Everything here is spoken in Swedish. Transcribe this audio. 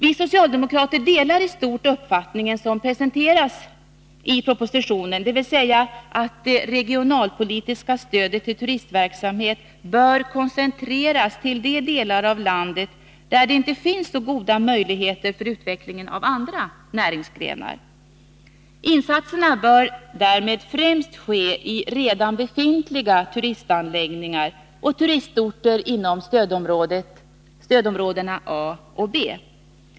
Vi socialdemokrater delar i stort uppfattningen som presenteras i propositionen, dvs. att det regionalpolitiska stödet till turistverksamhet bör koncentreras till de delar av landet där det inte finns så goda möjligheter för utvecklingen av andra näringsgrenar. Insatserna bör därmed främst ske i redan befintliga turistanläggningar och turistorter inom stödområdena A och B.